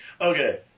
Okay